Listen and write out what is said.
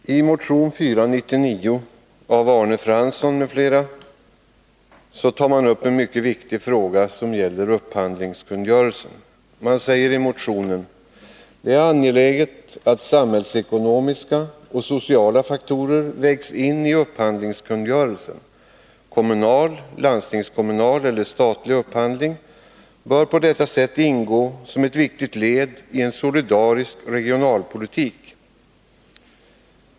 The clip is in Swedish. Herr talman! I motion 499 av Arne Fransson m.fl. tar man upp en mycket viktig fråga som gäller upphandlingskungörelsen. Man säger i motionen: ”Det är angeläget att samhällsekonomiska och sociala faktorer vägs in i upphandlingskungörelsen. Kommunal, landstingskommunal eller statlig upphandling bör på detta sätt ingå som ett viktigt led i en solidarisk regionalpolitik.